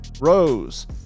Rose